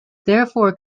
therefore